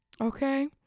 okay